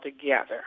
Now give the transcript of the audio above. together